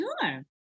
Sure